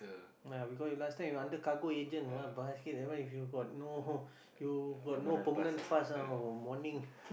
ya because you last time you under cargo agent basket that one if you got no you got no permanent pass ah morning